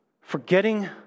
Forgetting